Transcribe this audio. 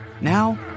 Now